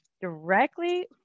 directly